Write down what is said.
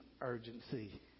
urgency